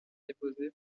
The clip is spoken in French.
déposé